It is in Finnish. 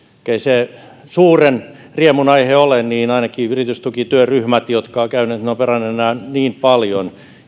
ei se suuren riemun aihe ole ainakin yritystukityöryhmät ovat käyneet läpi ja peranneet näitä niin paljon